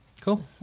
Cool